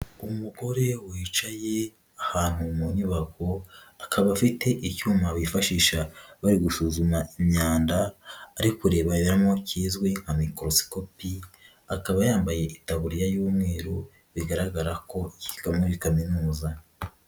Umugore wicaye ahantu mu nyubako, akaba afite icyuma bifashisha bari gusuzuma imyanda, ari kurebaberamowo kizwi nka mikorosikopi, akaba yambaye itaburiya y'umweru bigaragara ko yiga muri kaminuza.